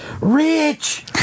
Rich